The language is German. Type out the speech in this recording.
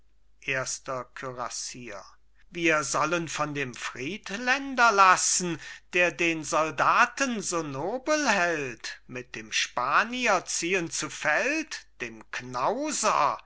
erster kürassier wir sollen von dem friedländer lassen der den soldaten so nobel hält mit dem spanier ziehen zu feld dem knauser